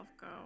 go